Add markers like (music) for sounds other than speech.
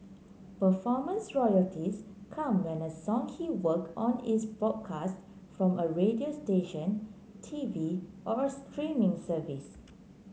(noise) performance royalties come when a song he worked on is broadcast from a radio station T V or a streaming service